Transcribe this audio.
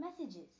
messages